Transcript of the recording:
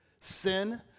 Sin